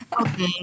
Okay